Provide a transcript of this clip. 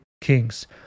Kings